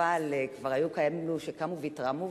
אבל כבר היו כאלו שקמו והתרעמו,